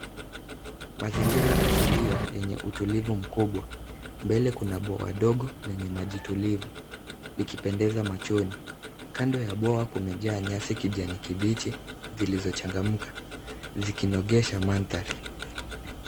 Mazingira asilia yenye utulivu mkubwa. Mbele kuna bwawa dogo lenye maji tulivu likipendeza machoni. Kando ya bwawa kumejaa nyasi kijani kibichi zilizochangamka, zikinogesha mandhari.